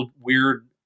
weird